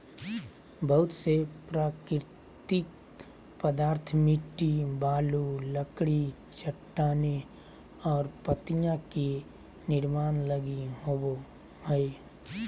बहुत से प्राकृतिक पदार्थ मिट्टी, बालू, लकड़ी, चट्टानें और पत्तियाँ के निर्माण लगी होबो हइ